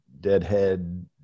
deadhead